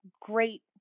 great